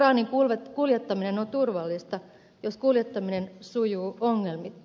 uraanin kuljettaminen on turvallista jos kuljettaminen sujuu ongelmitta